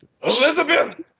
Elizabeth